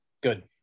good